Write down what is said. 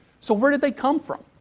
so, where did they come from?